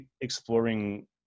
exploring